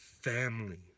family